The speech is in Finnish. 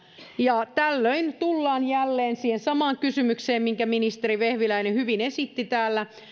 ja tällöin tullaan jälleen siihen samaan kysymykseen minkä ministeri vehviläinen hyvin esitti täällä